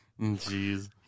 Jeez